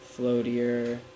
floatier